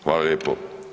Hvala lijepo.